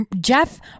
Jeff